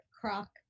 croc